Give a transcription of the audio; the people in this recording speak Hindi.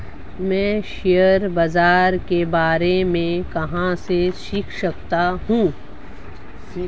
मैं शेयर बाज़ार के बारे में कहाँ से सीख सकता हूँ?